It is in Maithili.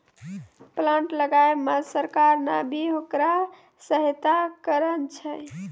प्लांट लगाय मॅ सरकार नॅ भी होकरा सहायता करनॅ छै